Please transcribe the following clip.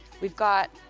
we've got.